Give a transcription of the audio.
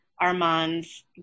Armand's